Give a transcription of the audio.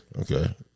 Okay